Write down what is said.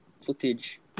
footage